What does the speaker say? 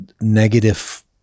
negative